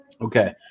okay